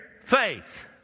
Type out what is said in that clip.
faith